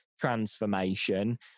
transformation